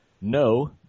No